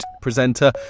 presenter